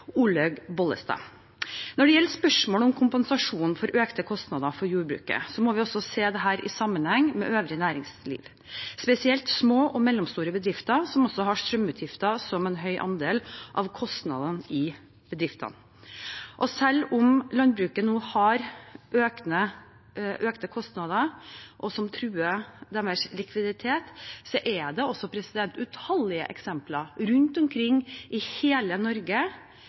Olaug Bollestad. Når det gjelder spørsmålet om kompensasjon for økte kostnader for jordbruket, må vi også se dette i sammenheng med øvrig næringsliv, spesielt små og mellomstore bedrifter som også har strømutgifter som en høy andel av kostnadene. Selv om landbruket nå har økte kostnader, noe som også truer deres likviditet, er det også utallige eksempler rundt omkring i hele Norge